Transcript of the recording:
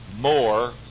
more